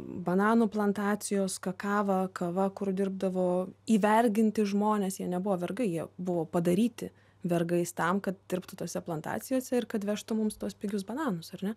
bananų plantacijos kakava kava kur dirbdavo įverginti žmonės jie nebuvo vergai jie buvo padaryti vergais tam kad dirbtų tose plantacijose ir kad vežtų mums tuos pigius bananus ar ne